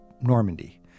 Normandy